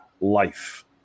life